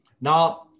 now